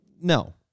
No